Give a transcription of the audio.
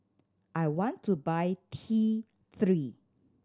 I want to buy T Three